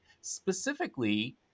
specifically